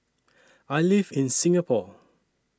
I live in Singapore